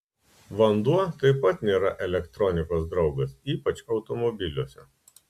vanduo taip pat nėra elektronikos draugas ypač automobiliuose